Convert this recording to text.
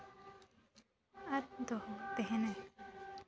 ᱟᱨ ᱛᱮᱦᱮᱱᱟᱭ